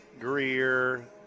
Greer